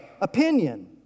opinion